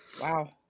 wow